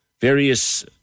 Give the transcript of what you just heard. various